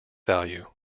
value